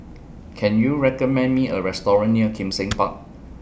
Can YOU recommend Me A Restaurant near Kim Seng Park